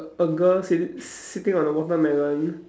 a girl sitting sitting on the watermelon